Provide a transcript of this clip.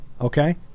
Okay